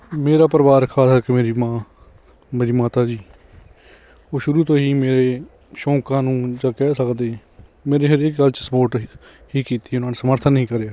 ਮੇਰਾ ਪਰਿਵਾਰ ਖ਼ਾਸ ਕਰਕੇ ਮੇਰੀ ਮਾਂ ਮੇਰੀ ਮਾਤਾ ਜੀ ਉਹ ਸ਼ੁਰੂ ਤੋਂ ਹੀ ਮੇਰੇ ਸ਼ੌਂਕਾਂ ਨੂੰ ਜਾਂ ਕਹਿ ਸਕਦੇ ਮੇਰੀ ਹਰੇਕ ਗੱਲ 'ਚ ਸਪੋਰਟ ਹੀ ਕੀਤੀ ਉਹਨਾਂ ਨੇ ਸਮਰਥਨ ਹੀ ਕਰਿਆ